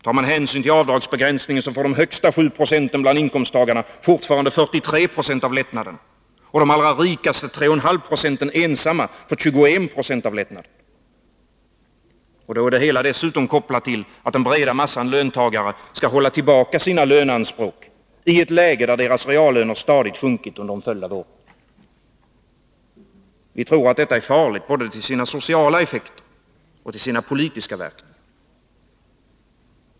Tar man hänsyn till avdragsbegränsningen får de 7 76 bland inkomsttagarna som ligger högst på inkomstskalan fortfarande 43 26 av lättnaden, och de 3,5 26 som är allra rikast får ensamma 21 960 av lättnaden. Då är det hela dessutom kopplat till att den breda massan löntagare skall hålla tillbaka sina löneanspråk i ett läge där deras reallöner stadigt sjunkit under en följd av år. Vi tror att detta är farligt både sett till sina sociala effekter och sett till sina politiska verkningar.